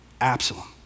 Absalom